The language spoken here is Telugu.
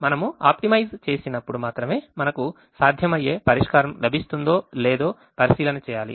మనము ఆప్టిమైజ్ చేసినప్పుడు మాత్రమే మనకు సాధ్యమయ్యే పరిష్కారం లభిస్తుందో లేదో పరిశీలన చేయాలి